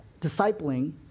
discipling